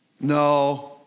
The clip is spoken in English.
no